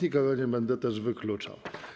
Nikogo nie będę też wykluczał.